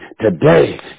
today